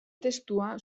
testua